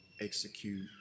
execute